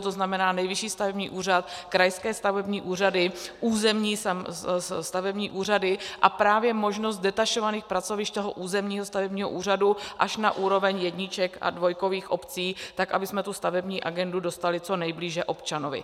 To znamená Nejvyšší stavební úřad, krajské stavební úřady, územní stavební úřady, a právě možnost detašovaných pracovišť toho územního stavebního úřadu až na úroveň jedniček a dvojkových obcí tak, abychom tu stavební agendu dostali co nejblíže občanovi.